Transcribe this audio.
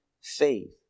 faith